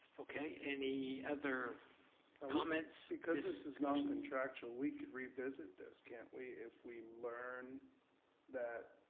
okay, any other comments. because this is non-contractual we can revisit this can't we if we learn that,